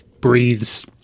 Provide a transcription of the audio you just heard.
breathes